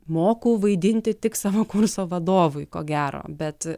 moku vaidinti tik savo kurso vadovui ko gero bet